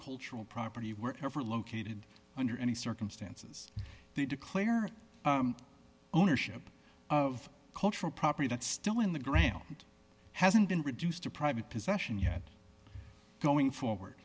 cultural property were ever located under any circumstances they declare ownership of cultural property that's still in the ground hasn't been reduced to private possession yet going forward